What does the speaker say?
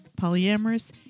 polyamorous